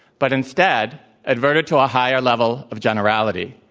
but instead adverted to a higher level of generality